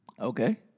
Okay